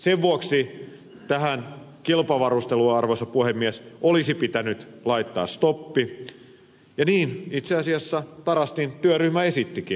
sen vuoksi tähän kilpavarusteluun arvoisa puhemies olisi pitänyt laittaa stoppi ja niin itse asiassa tarastin työryhmä esittikin